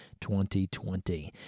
2020